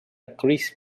chris